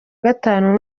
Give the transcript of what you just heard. gatanu